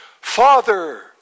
father